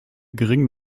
geringen